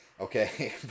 Okay